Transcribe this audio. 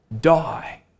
die